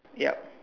yup